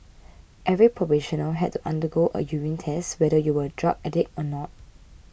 every probationer had to undergo a urine test whether you were a drug addict or not